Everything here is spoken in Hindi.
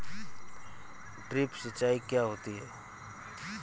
ड्रिप सिंचाई क्या होती हैं?